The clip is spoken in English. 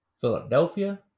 Philadelphia